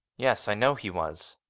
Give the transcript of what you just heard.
yes, i know he was.